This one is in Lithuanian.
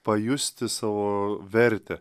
pajusti savo vertę